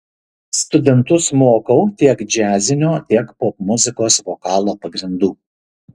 studentus mokau tiek džiazinio tiek popmuzikos vokalo pagrindų